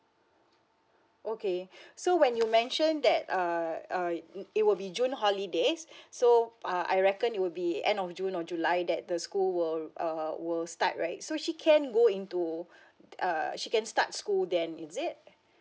okay so when you mention that uh uh it will be june holidays so uh I reckon it would be end of june or july that the school will uh will start right so she can go into err she can start school then is it